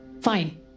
Fine